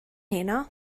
heno